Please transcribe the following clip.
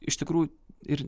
iš tikrųjų ir